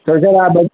તો સર આ બ